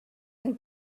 and